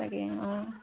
তাকে অঁ